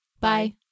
Bye